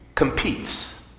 competes